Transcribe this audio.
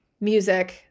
music